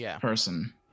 person